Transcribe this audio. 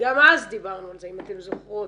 וגם אז דיברנו על זה אם אתן זוכרות.